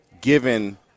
given